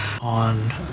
on